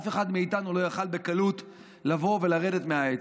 אף אחד מאיתנו לא יכול היה בקלות לבוא ולרדת מהעץ.